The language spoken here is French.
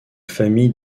famille